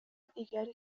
دیگری